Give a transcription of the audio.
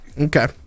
Okay